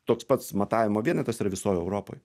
toks pats matavimo vienetas yra visoj europoj